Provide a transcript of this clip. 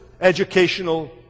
educational